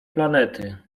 planety